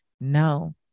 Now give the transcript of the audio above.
no